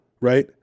right